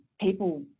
people